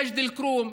מג'ד אל-כרום,